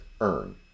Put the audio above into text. earn